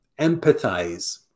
empathize